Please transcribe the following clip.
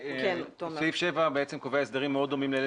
סעיף 7 קובע הסדרים מאוד דומים לאלה